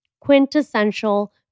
quintessential